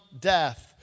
death